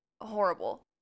horrible